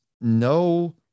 no